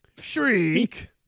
Shriek